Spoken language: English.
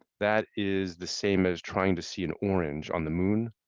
that is the same as trying to see an orange on the moon,